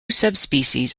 subspecies